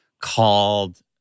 called